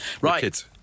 Right